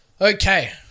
Okay